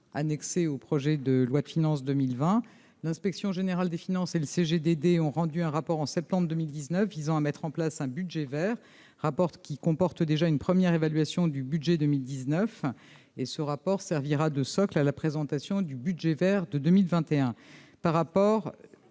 annexé au projet de loi de finances 2020 l'Inspection générale des finances et le CGEDD ont rendu un rapport en septembre 2019 visant à mettre en place un budget Vert rapporte qui comporte déjà une première évaluation du budget 2000 19 et ce rapport servira de socle à la présentation du budget vers de 2021 par rapport,